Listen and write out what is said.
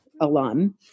alum